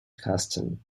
custom